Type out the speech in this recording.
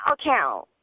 account